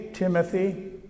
Timothy